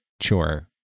chore